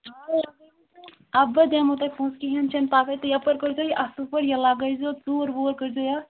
آ لگٲیمٕتے اَدٕ بہٕ دِمو تۄہہِ پونٛسہٕ کِہیٖنٛۍ چھُ نہٕ پرواے تہٕ یَپٲرۍ کٔرۍزیٚو یہِ اَصٕل پٲٹھۍ یہِ لگٲوزیٚو ژوٗر ووٗر کٔرۍزیٚو یَتھ